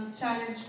challenge